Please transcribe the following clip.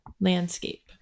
landscape